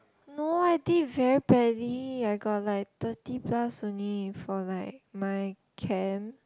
no I did very badly I got like thirty plus only for like my chem